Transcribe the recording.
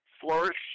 flourish